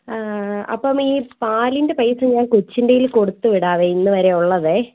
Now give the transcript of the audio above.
അപ്പം ഈ പാലിൻ്റെ പൈസ ഞാൻ കൊച്ചിൻ്റേൽ കൊടുത്തു വിടാം ഇന്നു വരെ ഉള്ളത്